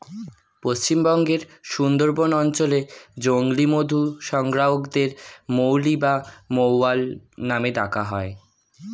পশ্চিমবঙ্গের সুন্দরবন অঞ্চলে জংলী মধু সংগ্রাহকদের মৌলি বা মৌয়াল নামে ডাকা হয়